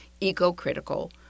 eco-critical